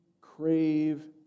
crave